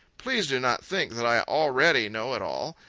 please do not think that i already know it all.